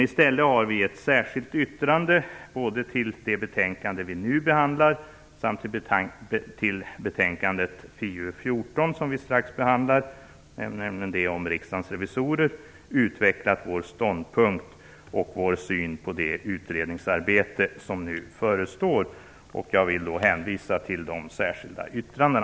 I stället har vi i ett särskilt yttrande både till det betänkande som vi nu behandlar och till betänkande FiU14, som vi strax skall behandla, utvecklat vår ståndpunkt och vår syn på det utredningsarbete som nu förestår. Jag vill hänvisa till dessa särskilda yttranden.